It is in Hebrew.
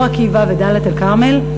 אור-עקיבא ודאלית-אל-כרמל.